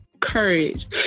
courage